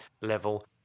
level